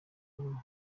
kubaho